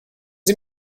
sie